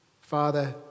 Father